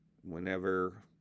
whenever